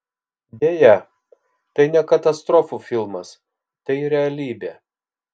deja tai ne katastrofų filmas tai realybė